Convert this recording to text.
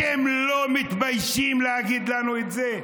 אתם לא מתביישים להגיד לנו את זה?